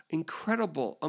incredible